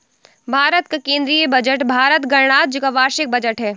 भारत का केंद्रीय बजट भारत गणराज्य का वार्षिक बजट है